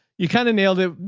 you kind of nailed it,